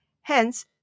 Hence